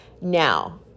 Now